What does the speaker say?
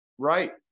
right